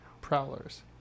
Prowlers